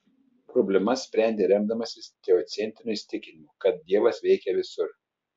problemas sprendė remdamasis teocentriniu įsitikinimu kad dievas veikia visur